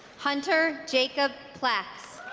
hunter jacob plaks